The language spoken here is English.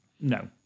no